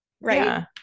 right